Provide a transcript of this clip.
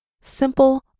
simple